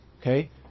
Okay